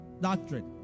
doctrine